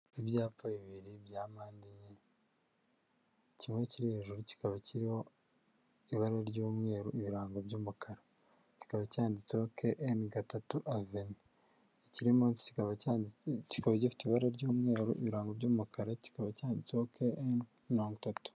Ibyapa bibiri bya mpande enye, kimwe kiri hejuru kikaba kiriho ibara ry'umweru ibirango by'umukara. Kikaba cyanditseho KN gatatu Avenue; ikiri munsi kikaba gifite ibara ry'umweru ibirango by'umukara. Kikaba cyanditseho KN mirongo itatu.